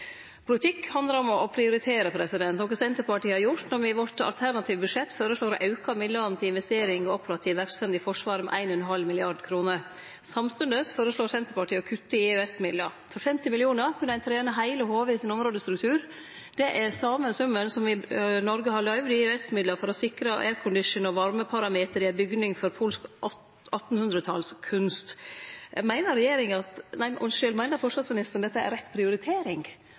Politikk handlar om å prioritere, noko Senterpartiet har gjort når me i vårt alternative budsjett føreslår å auke midlane til investering og operativ verksemd i Forsvaret med 1,5 mrd. kr. Samstundes føreslår Senterpartiet å kutte i EØS-midlar. For 50 mill. kr kunne ein trene heile HV sin områdestruktur. Det er same summen som Noreg har løyvd i EØS-midlar for å sikre aircondition og varmeparameterar i ei bygning for polsk 1800-talskunst. Meiner forsvarsministeren at